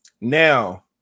Now